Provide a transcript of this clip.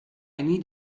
need